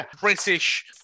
British